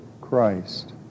Christ